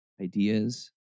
Ideas